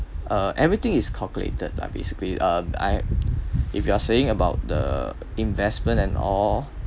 uh everything is calculated ah basically um I if you're saying about the investment and all